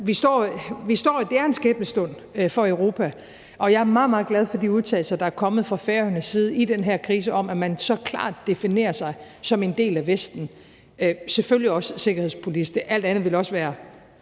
bedst. Det er en skæbnestund for Europa, og jeg er meget, meget glad for de udtalelser, der er kommet fra Færøernes side i den her krise, om, at man så klart definerer sig som en del af Vesten, selvfølgelig også sikkerhedspolitisk. Alt andet ville også være